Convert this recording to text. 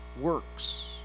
works